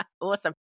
Awesome